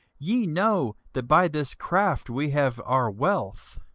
ye know that by this craft we have our wealth.